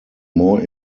more